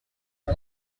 are